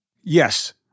Yes